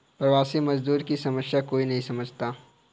प्रवासी मजदूर की समस्या कोई नहीं समझता